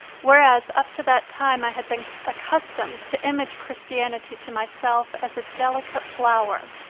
whereas up to that time i had been accustomed to image christianity to myself as a delicate flower,